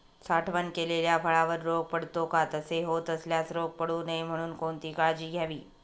साठवण केलेल्या फळावर रोग पडतो का? तसे होत असल्यास रोग पडू नये म्हणून कोणती काळजी घ्यावी?